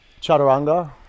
Chaturanga